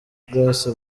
grace